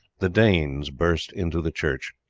the danes burst into the church.